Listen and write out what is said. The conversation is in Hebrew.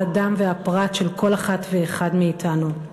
האדם והפרט של כל אחת ואחד מאתנו.